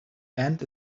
and